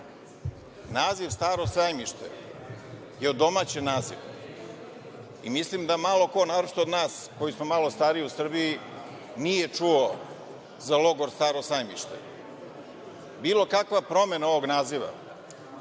„Staro Sajmište“ je odomaćen naziv i mislim da malo ko, naročito od nas koji smo malo stariji u Srbiji, nije čuo za logor „Staro Sajmište“. Bilo kakva promena ovog naziva,